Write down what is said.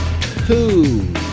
two